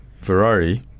Ferrari